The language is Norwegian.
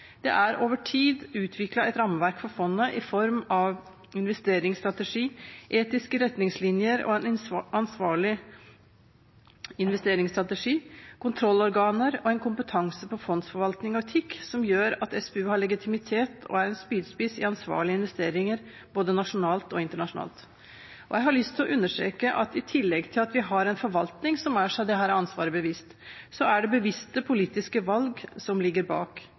Det er over tid utviklet et rammeverk for fondet i form av investeringsstrategi, etiske retningslinjer og en ansvarlig investeringsstrategi, kontrollorganer og en kompetanse på fondsforvaltning og etikk som gjør at SPU har legitimitet og er en spydspiss i ansvarlige investeringer, både nasjonalt og internasjonalt. Og jeg har lyst til å understreke at i tillegg til at vi har en forvaltning som er seg dette ansvaret bevisst, så er det bevisste politiske valg som ligger bak.